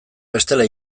bestela